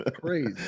crazy